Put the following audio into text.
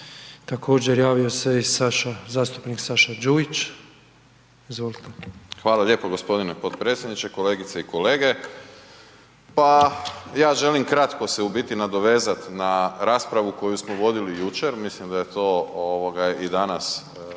Također javio se i Saša, zastupnik Saša Đujić, izvolite. **Đujić, Saša (SDP)** Hvala lijepo g. potpredsjedniče, kolegice i kolege. Pa ja želim se kratko se u biti nadovezat na raspravu koju smo vodili jučer, mislim da je to i danas